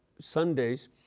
Sundays